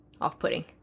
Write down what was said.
off-putting